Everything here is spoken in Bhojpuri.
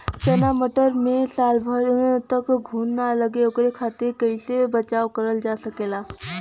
चना मटर मे साल भर तक घून ना लगे ओकरे खातीर कइसे बचाव करल जा सकेला?